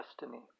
Destiny